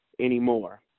anymore